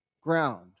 ground